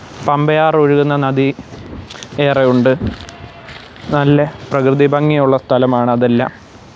പമ്പയാർ ഒഴുകുന്ന നദി ഏറെയുണ്ട് നല്ല പ്രകൃതി ഭംഗിയുള്ള സ്ഥലമാണ് അതെല്ലാം